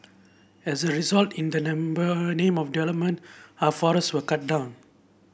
as a result in the number name of development our forests were cut down